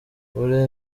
buri